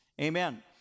Amen